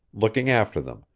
looking after them,